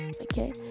okay